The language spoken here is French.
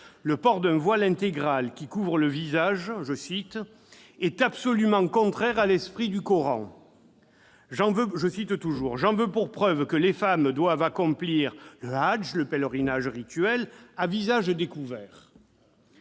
le port d'un voile intégral qui couvre le visage « est absolument contraire à l'esprit du Coran ». Elle poursuit :« J'en veux pour preuve que les femmes doivent accomplir le hadj, le pèlerinage rituel, à visage découvert.